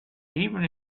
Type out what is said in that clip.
even